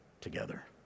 together